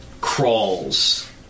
crawls